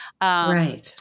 Right